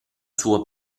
suo